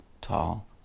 tall